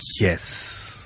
Yes